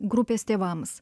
grupės tėvams